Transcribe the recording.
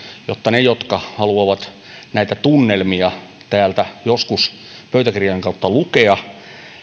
jotta niille jotka haluavat näitä tunnelmia täältä joskus pöytäkirjan kautta lukea